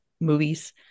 movies